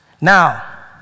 Now